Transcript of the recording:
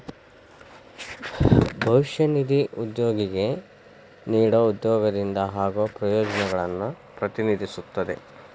ಭವಿಷ್ಯ ನಿಧಿ ಉದ್ಯೋಗಿಗೆ ನೇಡೊ ಉದ್ಯೋಗದಿಂದ ಆಗೋ ಪ್ರಯೋಜನಗಳನ್ನು ಪ್ರತಿನಿಧಿಸುತ್ತದೆ